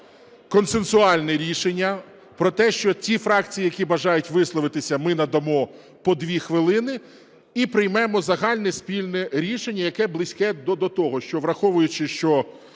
консенсуальне рішення про те, що тим фракціям, які бажають висловитися, ми надамо по дві хвилини, і приймемо загальне спільне рішення, яке близьке до того, що, враховуючи, що